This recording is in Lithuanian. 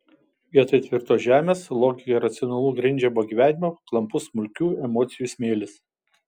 vietoj tvirtos žemės logika ir racionalumu grindžiamo gyvenimo klampus smulkių emocijų smėlis